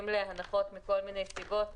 מדובר על חברות האוטובוסים,